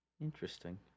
interesting